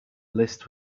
list